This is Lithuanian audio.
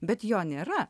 bet jo nėra